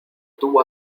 tuvo